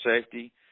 safety